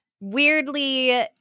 weirdly